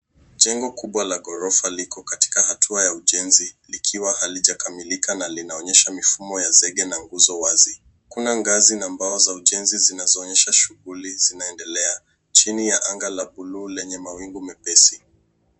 Jengo kubwa la ghorofa liko katika hatua ya ujenzi, likiwa halijakamilika na linaonyesha mifumo ya zege na nguzo wazi. Kuna ngazi na mbao za ujenzi zinazoonyesha shughuli zinaendelea, chini ya anga la bluu lenye mawingu mepesi.